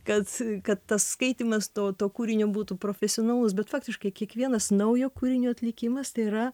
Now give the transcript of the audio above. kad kad tas skaitymas to to kūrinio būtų profesionalus bet faktiškai kiekvienas naujo kūrinio atlikimas tai yra